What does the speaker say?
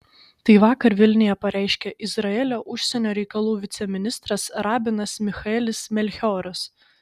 tai vakar vilniuje pareiškė izraelio užsienio reikalų viceministras rabinas michaelis melchioras